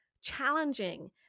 challenging